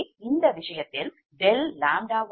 எனவே இந்த விஷயத்தில் ∆ʎ1∆Pg112d112d212d3762